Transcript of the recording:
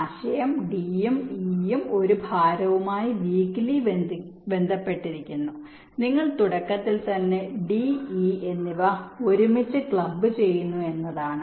ആശയം d യും e യും ഒരു ഭാരവുമായി വീക്ക്ലി ബന്ധപ്പെട്ടിരിക്കുന്നു നിങ്ങൾ തുടക്കത്തിൽത്തന്നെ ഡി ഇ എന്നിവ ഒരുമിച്ച് ക്ലബ് ചെയ്യുന്നു എന്നതാണ്